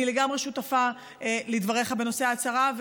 אני לגמרי שותפה לדבריך בנושא ההצהרה,